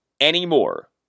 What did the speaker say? anymore